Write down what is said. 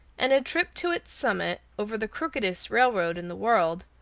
and a trip to its summit, over the crookedest railroad in the world,